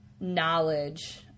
knowledge